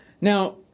Now